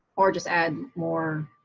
or just add more